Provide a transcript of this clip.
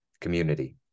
community